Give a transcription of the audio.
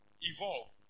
evolve